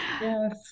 yes